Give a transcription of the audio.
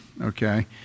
okay